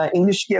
English